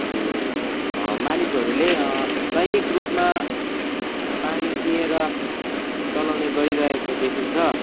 अनि मानिसहरूले दैनिक रूपमा पानी किनेर चलाउने गरिरहेको देखिन्छ